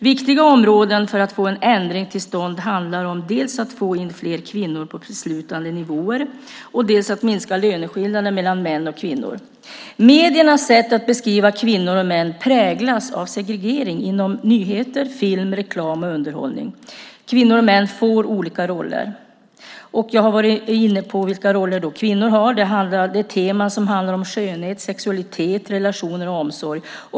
Viktiga områden för att få en ändring till stånd är dels att få in fler kvinnor på beslutande nivåer, dels att minska löneskillnaden mellan kvinnor och män. Mediernas sätt att beskriva kvinnor och män präglas av segregering inom nyheter, film, reklam och underhållning. Kvinnor och män får olika roller. Jag har varit inne på vilka roller det är. Det handlar om teman som skönhet, sexualitet, relationer och omsorg.